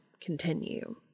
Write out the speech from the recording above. continue